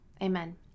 Amen